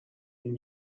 این